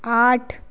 आठ